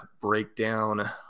breakdown